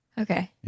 Okay